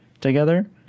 together